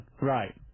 Right